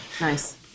Nice